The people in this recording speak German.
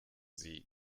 sie